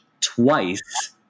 twice